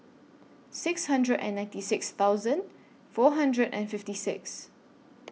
six hundred and ninety six thousand four hundred and fifty six